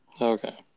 okay